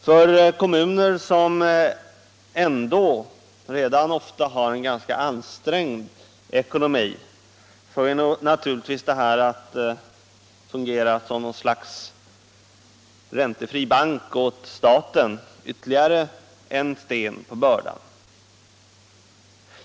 För kommuner som redan har en ansträngd ekonomi lägger naturligtvis detta att fungera som något slags räntefri bank åt staten ytterligare sten på bördan.